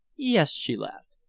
yes, she laughed,